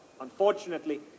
Unfortunately